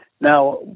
Now